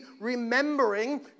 remembering